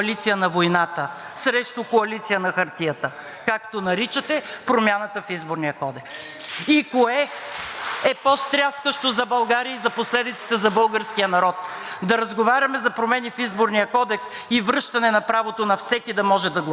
е по-стряскащо за България и за последиците за българския народ – да разговаряме за промени в Изборния кодекс и връщане на правото на всеки да може да гласува, или да правите коалиция на войната, която да въвлече България като страна в конфликта? Отговорът оставям на българските граждани.